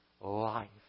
life